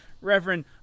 Reverend